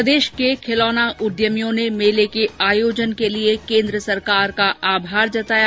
प्रदेश के खिलौना उद्यमियों ने मेले के आयोजन के लिए केन्द्र सरकार का आभार जताया